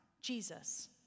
Jesus